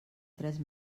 tres